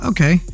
Okay